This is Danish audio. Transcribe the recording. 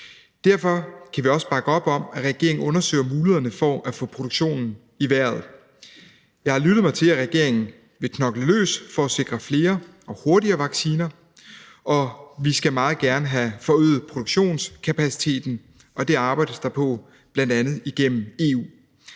Derfor kan vi også bakke op om, at regeringen undersøger mulighederne for at få produktionen i vejret. Jeg har lyttet mig til, at regeringen vil knokle løs for at sikre flere og hurtigere vacciner, og vi skal meget gerne have forøget produktionskapaciteten, og det arbejdes der på bl.a. igennem EU.